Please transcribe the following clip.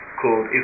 called